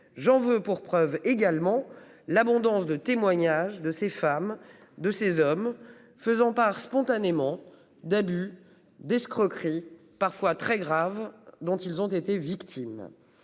J'en veux pour preuve également l'abondance de témoignages de ces femmes, de ces hommes faisant part spontanément d'abus d'escroquerie parfois très graves dont ils ont été victimes